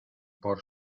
por